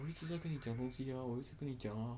我一直在跟你讲东西啊我一直跟你讲啊